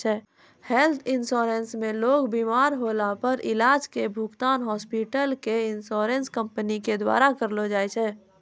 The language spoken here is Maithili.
हेल्थ इन्शुरन्स मे लोग बिमार होला पर इलाज के भुगतान हॉस्पिटल क इन्शुरन्स कम्पनी के द्वारा करलौ जाय छै